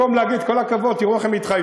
במקום להגיד: כל הכבוד, תראו איך מתחייבים,